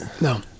No